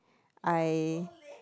I